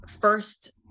first